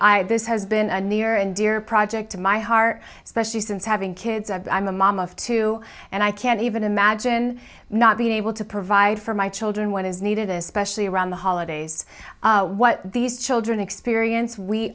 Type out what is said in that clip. i this has been a near and dear project to my heart especially since having kids and i'm a mom of two and i can't even imagine not being able to provide for my children what is needed especially around the holidays what these children experience we